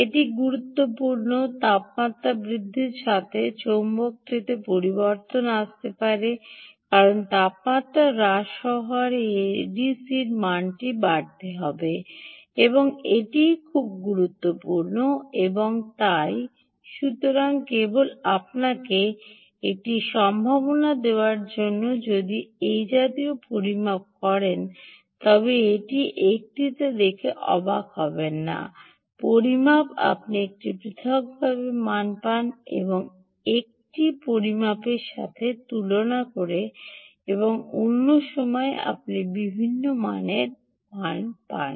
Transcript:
এটি গুরুত্বপূর্ণ তাপমাত্রা বৃদ্ধির সাথে সাথে চৌম্বকটিতে পরিবর্তন আসতে হবে কারণ তাপমাত্রা হ্রাস হওয়ায় এই এডিসির মানটি বাড়তে হবে এবং এটিই খুব গুরুত্বপূর্ণ এবং তাই is সুতরাং কেবল আপনাকে একটি সম্ভাবনা দেওয়ার জন্য যে আপনি যদি এই জাতীয় পরিমাপ করেন তবে এটি একটিতে দেখে অবাক হবেন না পরিমাপ আপনি একটি পৃথক মান পান এবং একটি পরিমাপের সাথে তুলনা করে এবং অন্য সময় আপনি বিভিন্ন মানের মান পান